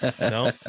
No